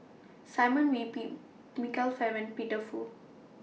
Simon Wee Michael Fam and Peter Fu